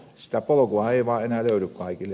sitä polkua ei vaan enää löydy kaikille